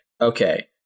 okay